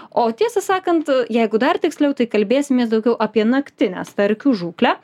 o tiesą sakant jeigu dar tiksliau tai kalbėsimės daugiau apie naktinę starkių žūklę